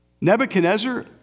Nebuchadnezzar